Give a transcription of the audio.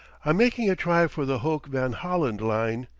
i'm making a try for the hoek van holland line.